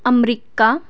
America